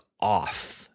off